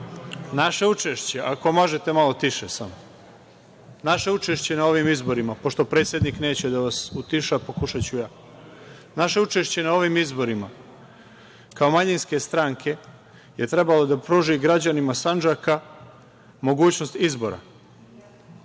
naše učešće, samo malo tiše molim vas, na ovim izborima, pošto predsednik neće da vas utiša, pokušaću ja. Naše učešće na ovim izborima kao manjinske stranke je trebalo da pruži građanima Sandžaka mogućnost izbora.